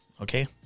Okay